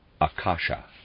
Akasha